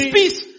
peace